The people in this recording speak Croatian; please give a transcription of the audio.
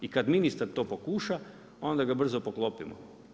I kad ministar to pokuša, onda ga brzo poklopimo.